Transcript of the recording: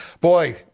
boy